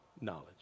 knowledge